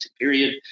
period